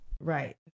Right